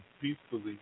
peacefully